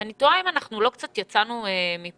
אני תוהה אם אנחנו לא קצת יצאנו מפרופורציות.